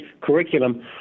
curriculum